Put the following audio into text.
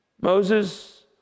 Moses